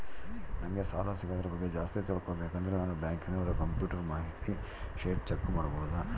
ನಂಗೆ ಸಾಲ ಸಿಗೋದರ ಬಗ್ಗೆ ಜಾಸ್ತಿ ತಿಳಕೋಬೇಕಂದ್ರ ನಾನು ಬ್ಯಾಂಕಿನೋರ ಕಂಪ್ಯೂಟರ್ ಮಾಹಿತಿ ಶೇಟ್ ಚೆಕ್ ಮಾಡಬಹುದಾ?